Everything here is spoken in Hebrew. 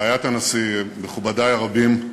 רעיית הנשיא, מכובדי הרבים,